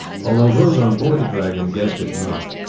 although those on board the dragon guessed it not,